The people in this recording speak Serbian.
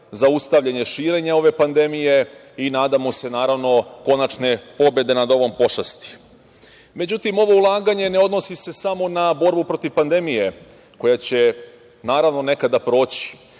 zaustavljanje širenja ove pandemije i nadamo se, naravno, konačne pobede nad ovom pošasti.Međutim, ovo ulaganje ne odnosi se samo na borbu protiv pandemije koja će, naravno, nekada proći.